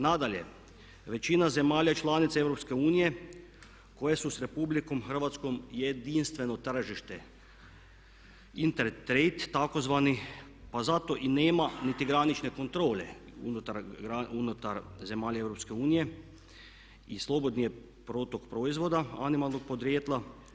Nadalje, većina zemalja članica EU koje su s RH jedinstveno tržište, Inter trade takozvani pa zato i nema niti granične kontrole unutar zemalja EU i slobodan je protok proizvoda animalnog podrijetla.